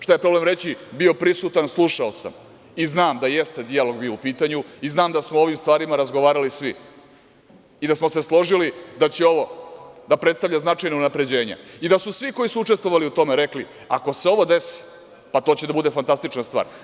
Šta je problem reći – bio prisutan, slušao sam i znam da jeste dijalog u pitanju i znam da smo o ovim stvarima razgovarali svi i da smo se složili da će ovo da predstavlja značajna unapređenja i da su svi koji su učestvovali u tome rekli – ako se ovo desi, pa to će da bude fantastična stvar.